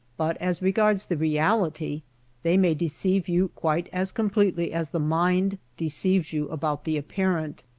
but as regards the reality they may deceive you quite as completely as the mind deceives you about the apparent.